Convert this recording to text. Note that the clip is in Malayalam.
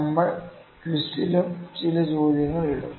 നമ്മൾ ക്വിസിലും ചില ചോദ്യങ്ങൾ ഇടും